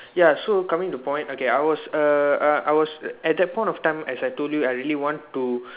ya so coming to point okay I was err uh I was at that point of time as I told you I really want to